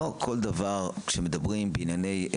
לא כל דבר כשמדברים בענייני,